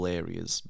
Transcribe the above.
areas